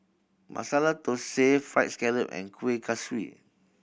Masala Thosai Fried Scallop and Kuih Kaswi